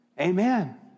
Amen